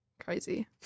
Crazy